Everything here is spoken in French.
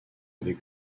avec